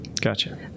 Gotcha